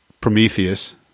Prometheus